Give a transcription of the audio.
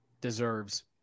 deserves